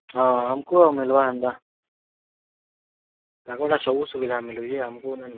ହଁ ଆମ୍କୁ ଆଉ ମିଲ୍ବା ଏନ୍ତା ତାଙ୍କୁ ତ ସବୁ ସୁବିଧା ମିଲୁଛି ଆମ୍କୁ ନାଇଁ ମିଲେ